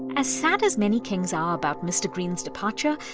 as sad as many kings are about mr. greene's departure,